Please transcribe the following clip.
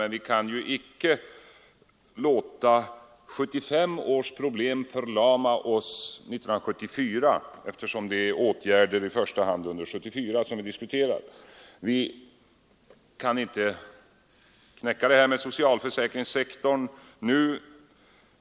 Men vi kan ju icke låta 1975 års problem förlama oss 1974 — det är i första hand åtgärder för 1974 som vi nu diskuterar. Vi kan inte nu knäcka frågan om socialförsäkringssektorn.